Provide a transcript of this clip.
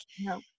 No